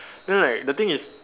then like the thing is